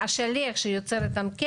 אליהם.